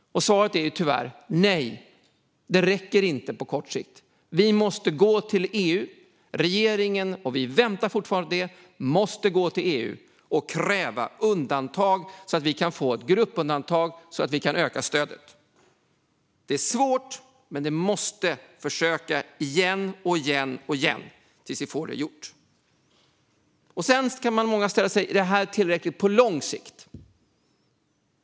Svaret är tyvärr nej. Det räcker inte på kort sikt. Vi måste gå till EU. Regeringen måste gå till EU - vi väntar fortfarande på det - och kräva undantag så att vi får ett gruppundantag och kan öka stödet. Det är svårt, men vi måste försöka igen och igen tills vi får det gjort. Man kan också fråga sig om det här är tillräckligt på lång sikt.